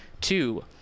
Two